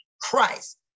Christ